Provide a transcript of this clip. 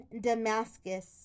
Damascus